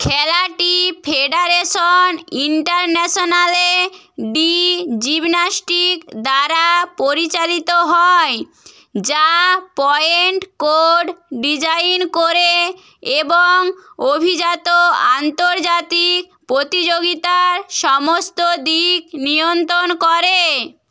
খেলাটি Federation Internationale de Gymnastique দ্বারা পরিচালিত হয় যা পয়েন্ট কোড ডিজাইন করে এবং অভিজাত আন্তর্জাতিক প্রতিযোগিতার সমস্ত দিক নিয়ন্ত্রণ করে